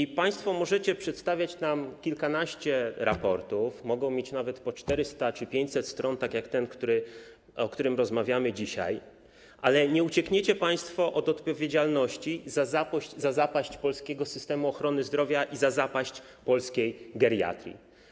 I państwo możecie przedstawiać nam kilkanaście raportów, mogą mieć nawet po 400 czy 500 stron, tak jak ten, o którym dzisiaj rozmawiamy, ale nie uciekniecie państwo od odpowiedzialności za zapaść polskiego systemu ochrony zdrowia i za zapaść polskiej geriatrii.